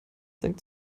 senkt